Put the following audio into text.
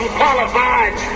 qualified